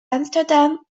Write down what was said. amsterdam